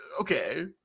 Okay